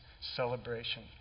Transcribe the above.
celebration